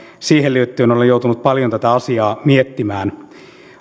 siihen liittyen olen joutunut paljon tätä asiaa miettimään